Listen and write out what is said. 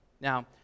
Now